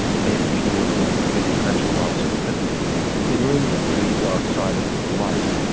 maybe even working as a community corrections officer because it is the dark side of life.